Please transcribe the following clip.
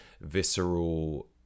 visceral